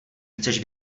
chceš